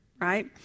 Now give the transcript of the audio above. right